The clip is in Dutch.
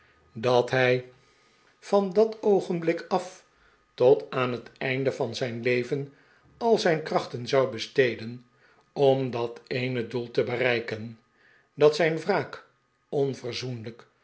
dat hij van dat oogenblik af tot aan het einde van zijn leven al zijn krachten zou besteden om dat eene doel te bereiken dat zijn wraak